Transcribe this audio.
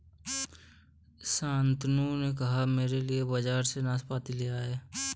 शांतनु से कहना मेरे लिए बाजार से नाशपाती ले आए